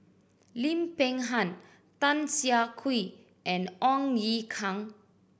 Lim Peng Han Tan Siah Kwee and Ong Ye Kung